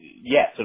yes